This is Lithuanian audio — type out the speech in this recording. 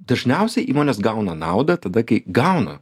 dažniausiai įmonės gauna naudą tada kai gauna